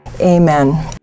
Amen